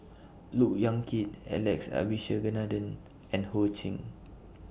Look Yan Kit Alex Abisheganaden and Ho Ching